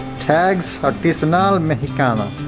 tags artisanal mexicano